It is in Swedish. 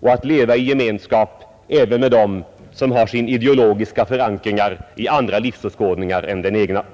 och att leva i gemenskap även med dem som har sina ideologiska förankringar i andra livsåskådningar än deras egna.